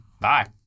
Bye